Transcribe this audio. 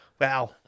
Wow